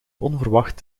onverwacht